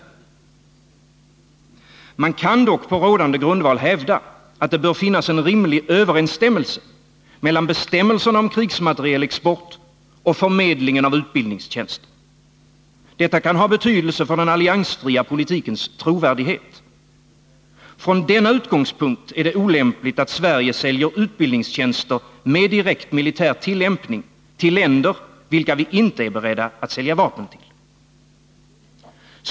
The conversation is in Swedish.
Onsdagen den Man kan dock på rådande grundval hävda att det bör finnas en rimlig 20 maj 1981 överensstämmelse mellan bestämmelserna om krigsmaterielexport och förmedlingen av utbildningstjänster. Detta kan ha betydelse för den alliansfria politikens trovärdighet. Från denna utgångspunkt är det olämpligt att Sverige säljer utbildningstjänster med direkt militär tillämpning till länder vilka vi inte är beredda att sälja vapen till.